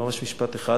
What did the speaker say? ממש משפט אחד,